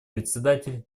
председатель